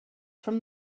from